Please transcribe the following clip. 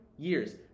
Years